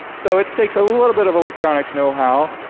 so it takes a little bit of electronics know-how.